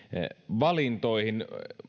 valintoihin